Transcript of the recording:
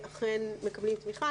אכן מקבלים תמיכה,